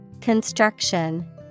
Construction